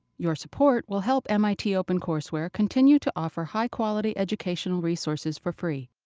your support will help mit opencourseware continue to offer high-quality educational resources for free.